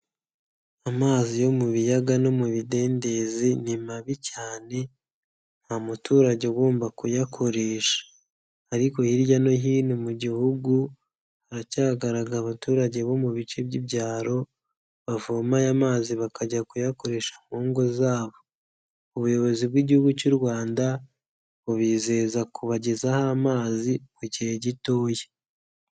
Amazi yo mu biyaga no mu bidendezi ni mabi cyane, nta muturage ugomba kuyakoresha. Ariko hirya no hino mu Gihugu haracyagaragara abaturage bo mu bice by'ibyaro bavoma aya mazi bakajya kuyakoresha ku ngo zabo. Ubuyobozi bw'Igihugu cy'u Rwanda bubizeza kubagezaho amazi ku gihe gitoya.